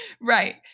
Right